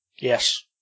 Yes